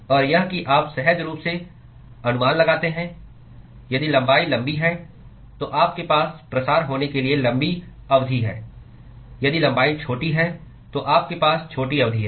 और यह कि आप सहज रूप से अनुमान लगाते हैं यदि लंबाई लंबी है तो आपके पास प्रसार होने के लिए लंबी अवधि है यदि लंबाई छोटी है तो आपके पास छोटी अवधि है